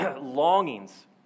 longings